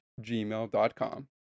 gmail.com